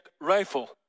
rifle